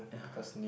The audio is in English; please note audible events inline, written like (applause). yeah (breath)